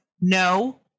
no